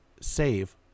save